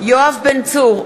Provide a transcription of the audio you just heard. יואב בן צור,